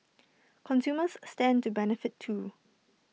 consumers stand to benefit too